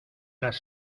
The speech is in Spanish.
las